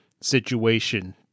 situation